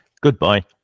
Goodbye